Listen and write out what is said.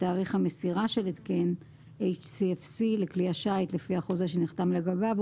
שתאריך המסירה של התקן HCFC לכלי השיט לפי החוזה שנחתם לגביו,